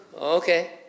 Okay